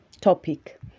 topic